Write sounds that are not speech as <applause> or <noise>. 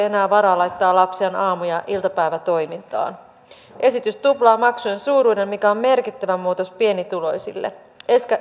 <unintelligible> enää varaa laittaa lapsiaan aamu ja iltapäivätoimintaan esitys tuplaa maksujen suuruuden mikä on merkittävä muutos pienituloisille